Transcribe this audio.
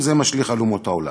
גם זה משליך על אומות העולם.